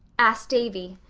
asked davy,